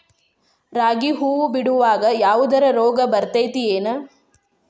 ರಾಗಿ ಹೂವು ಬಿಡುವಾಗ ಯಾವದರ ರೋಗ ಬರತೇತಿ ಏನ್?